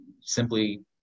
simply